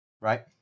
Right